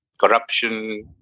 corruption